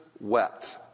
wept